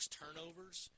turnovers